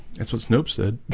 that's what snoop said